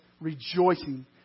rejoicing